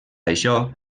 això